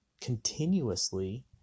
continuously